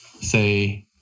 say